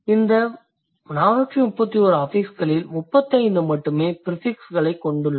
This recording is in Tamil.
இந்த 431 அஃபிக்ஸ்களில் 35 மட்டுமே ப்ரிஃபிக்ஸ்களைக் கொண்டுள்ளன